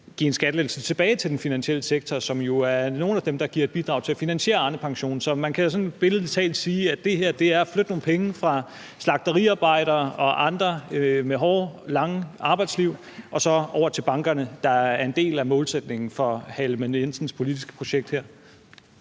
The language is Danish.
give en skattelettelse tilbage til den finansielle sektor, som jo er nogle af dem, der giver et bidrag til at finansiere Arnepensionen? Så man kan jo sådan billedligt talt sige, at det her er at flytte nogle penge fra slagteriarbejdere og andre med hårde, lange arbejdsliv over til bankerne, hvilket er en del af målsætningen for hr. Jakob Ellemann-Jensens politiske projekt her.